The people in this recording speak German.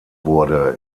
wurde